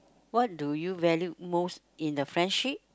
what do you valued most in a friendship